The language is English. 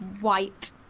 white